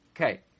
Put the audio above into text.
Okay